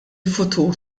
futur